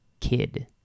kid